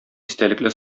истәлекле